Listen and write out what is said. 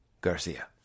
Garcia